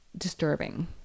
disturbing